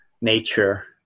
nature